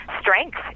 strength